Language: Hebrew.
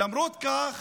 למרות זאת,